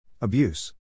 Abuse